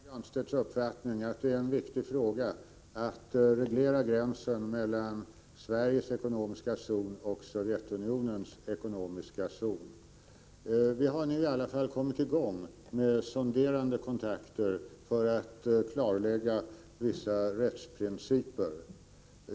Herr talman! Jag delar Pär Granstedts uppfattning att det är en viktig fråga att reglera gränsen mellan Sveriges fiskezon och Sovjetunionens ekonomiska zon. Vi har nu i alla fall kommit i gång med sonderande kontakter för att klarlägga vissa rättsprinciper.